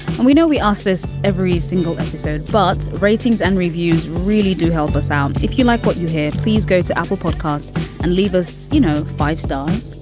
and we know we ask this every single episode. but ratings and reviews really do help us out. if you like what you hear, please go to apple podcasts and leave us, you know, five stars.